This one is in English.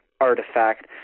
artifact